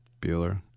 Bueller